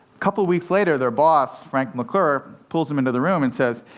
couple weeks later, their boss, frank mcclure, pulls them into the room and says,